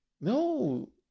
No